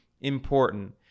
important